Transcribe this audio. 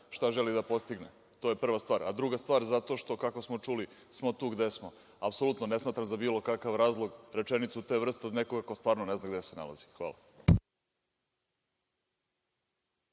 šta želi da postigne. To je prva stvar. Druga stvar, zato što, kako smo čuli smo tu gde smo, apsolutno ne smatram za bilo kakav razlog rečenicu te vrste od nekog ko stvarno ne zna gde se nalazi. Hvala.